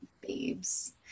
babes